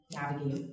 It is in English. navigate